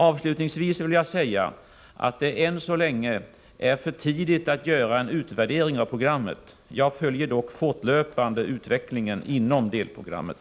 Avslutningsvis vill jag säga att det än så länge är för tidigt att göra en utvärdering av programmet. Jag följer dock fortlöpande utvecklingen inom delprogrammet.